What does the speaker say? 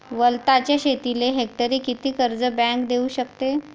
वलताच्या शेतीले हेक्टरी किती कर्ज बँक देऊ शकते?